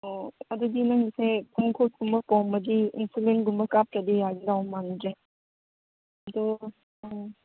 ꯑꯣ ꯑꯗꯨꯗꯤ ꯅꯪꯁꯦ ꯈꯣꯡ ꯈꯨꯠ ꯀꯨꯝꯕ ꯄꯣꯝꯂꯗꯤ ꯏꯟꯁꯨꯂꯤꯟꯒꯨꯝꯕ ꯀꯥꯞꯇ꯭ꯔꯗꯤ ꯌꯥꯒꯗꯧ ꯃꯥꯟꯗ꯭ꯔꯦ ꯑꯗꯣ ꯅꯪ